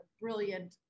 brilliant